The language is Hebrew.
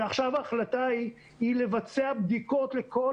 ועכשיו ההחלטה היא לבצע בדיקות לכל